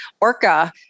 Orca